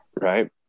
right